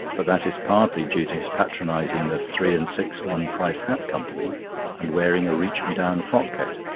but that is partly due to his patronising the three-and-six-one-price hat company and wearing a reach-me-down frock-coat.